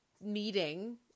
meeting